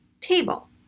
table